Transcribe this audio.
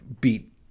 beat